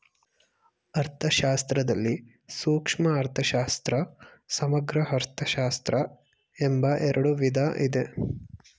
ಅರ್ಥಶಾಸ್ತ್ರದಲ್ಲಿ ಸೂಕ್ಷ್ಮ ಅರ್ಥಶಾಸ್ತ್ರ, ಸಮಗ್ರ ಅರ್ಥಶಾಸ್ತ್ರ ಎಂಬ ಎರಡು ವಿಧ ಇದೆ